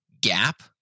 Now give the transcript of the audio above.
gap